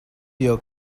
your